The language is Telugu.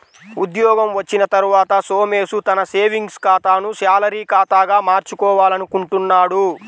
ఉద్యోగం వచ్చిన తర్వాత సోమేష్ తన సేవింగ్స్ ఖాతాను శాలరీ ఖాతాగా మార్చుకోవాలనుకుంటున్నాడు